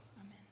Amen